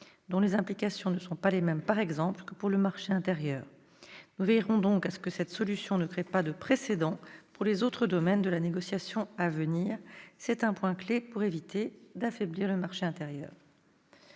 dont les implications ne sont pas les mêmes, par exemple, que pour le marché intérieur. Nous veillerons donc à ce que cette solution ne crée pas de précédents dans les autres domaines de la négociation à venir. C'est là un point clef pour éviter d'affaiblir le marché intérieur.